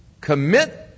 commit